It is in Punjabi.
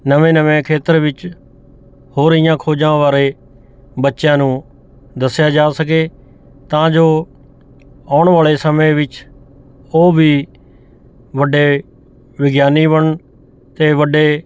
ਨਵੇਂ ਨਵੇਂ ਖੇਤਰ ਵਿੱਚ ਹੋ ਰਹੀਆਂ ਖੋਜਾਂ ਬਾਰੇ ਬੱਚਿਆਂ ਨੂੰ ਦੱਸਿਆ ਜਾ ਸਕੇ ਤਾਂ ਜੋ ਆਉਣ ਵਾਲੇ ਸਮੇਂ ਵਿੱਚ ਉਹ ਵੀ ਵੱਡੇ ਵਿਗਿਆਨੀ ਬਣਨ 'ਤੇ ਵੱਡੇ